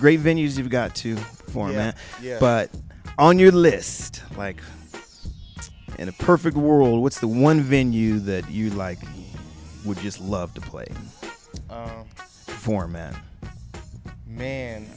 great venues you got to but on your list like in a perfect world what's the one venue that you like would just love to play for man man